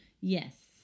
Yes